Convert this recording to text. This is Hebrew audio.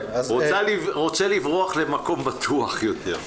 הוא רוצה לברוח למקום בטוח יותר.